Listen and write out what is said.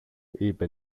είπε